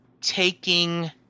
taking